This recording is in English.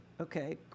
Okay